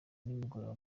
nimugoroba